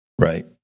Right